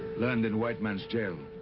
learned in white man's jail.